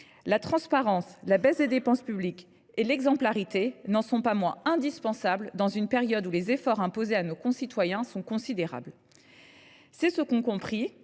La transparence, la baisse des dépenses publiques et l’exemplarité n’en sont pas moins indispensables dans une période où les efforts imposés à nos concitoyens sont considérables. C’est ce qu’ont compris